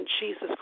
Jesus